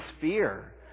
fear